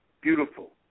beautiful